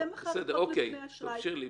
יהיה מחר חוק נתוני אשראי,